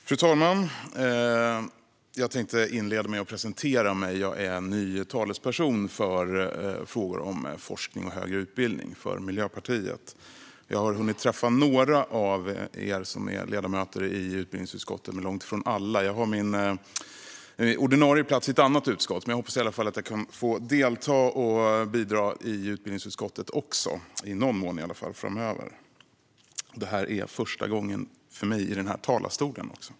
Fru talman! Jag tänkte inleda med att presentera mig. Jag är ny talesperson i Miljöpartiet för frågor om forskning och högre utbildning. Några av er som är ledamöter i utbildningsutskottet har jag hunnit träffa, men långt ifrån alla. Min ordinarie plats som ledamot har jag i ett annat utskott. Men jag hoppas att jag framöver kan få delta och bidra i utbildningsutskottet också, åtminstone i någon mån. Detta är första gången för mig i denna talarstol.